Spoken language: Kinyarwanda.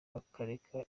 bakareka